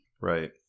Right